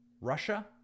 Russia